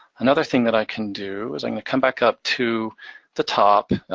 another thing that i can do is i can come back up to the top,